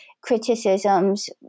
criticisms